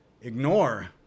Ignore